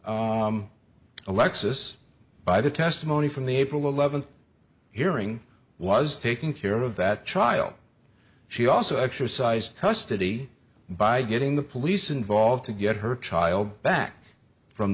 alexis by the testimony from the april eleventh hearing was taking care of that child she also exercised custody by getting the police involved to get her child back from